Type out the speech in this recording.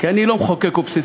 כי אני לא מחוקק אובססיבי,